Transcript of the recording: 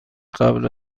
قبل